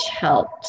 helped